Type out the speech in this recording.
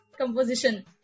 composition